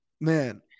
Man